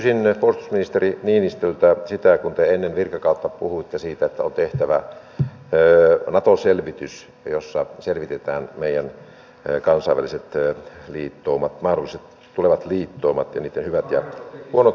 mutta kysyisin puolustusministeri niinistöltä kun te ennen virkakautta puhuitte siitä että on tehtävä nato selvitys jossa selvitetään meidän mahdolliset kansainväliset tulevat liittoumamme ja niitten hyvät ja huonot puolet